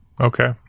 Okay